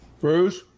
Bruce